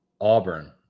Auburn